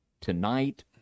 Tonight